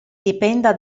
dipenda